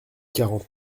quarante